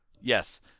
Yes